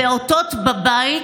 הפעוטות בבית,